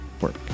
work